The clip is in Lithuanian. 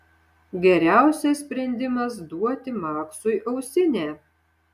geriausias sprendimas duoti maksui ausinę